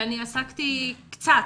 ועסקתי קצת,